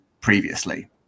previously